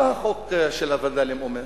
מה החוק של הווד”לים אומר?